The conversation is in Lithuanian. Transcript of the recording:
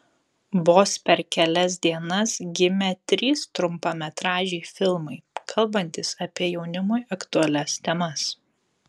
vos per kelias dienas gimė trys trumpametražiai filmai kalbantys apie jaunimui aktualias temas